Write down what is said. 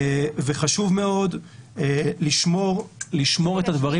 חשוב מאוד לשמור את הדברים